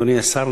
אדוני השר,